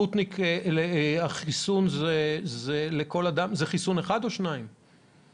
והחיסון הוא אחד או שניים לאדם?